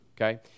okay